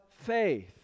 faith